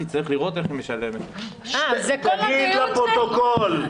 יבוא "סעיפים 62(א)(3)(א)(1),